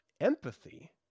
Empathy